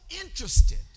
interested